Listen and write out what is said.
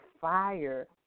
fire